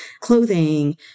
clothing